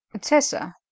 tessa